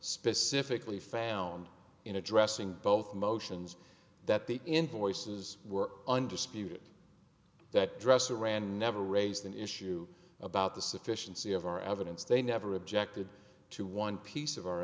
specifically found in addressing both motions that the invoices were under spewed that dresser ran never raised an issue about the sufficiency of our evidence they never objected to one piece of our